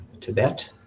Tibet